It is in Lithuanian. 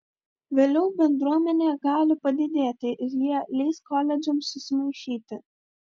vėliau bendruomenė gali padidėti ir jie leis koledžams susimaišyti